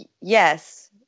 yes